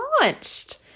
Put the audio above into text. launched